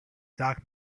doc